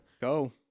Go